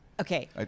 Okay